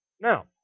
Now